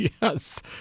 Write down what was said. Yes